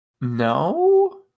No